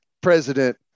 president